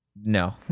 No